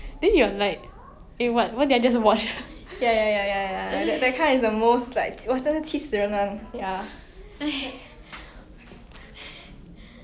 I like to watch 那种 show right that is more like comedy like those family comedy I don't know if you heard of shows lah like friends community how I met your mother